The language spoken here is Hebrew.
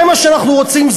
זה מה שאנחנו רוצים,